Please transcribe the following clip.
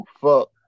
fuck